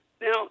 Now